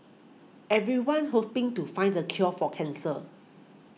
everyone's hoping to find the cure for cancer